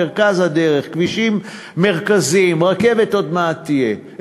מרכז הדרך, כבישים מרכזיים, רכבת עוד מעט תהיה,